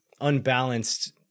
unbalanced